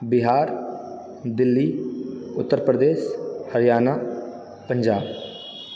Bihar Delhi Uttar Pradesh Haryana Punjab